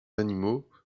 animaux